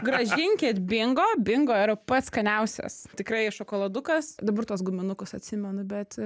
grąžinkit bingo bingo yra pats skaniausias tikrai šokoladukas dabar tuos guminukus atsimenu bet